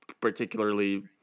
particularly